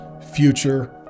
future